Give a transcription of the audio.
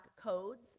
codes